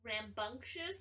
Rambunctious